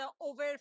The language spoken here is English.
over